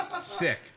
Sick